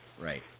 Right